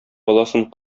баласын